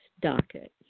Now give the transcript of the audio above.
docket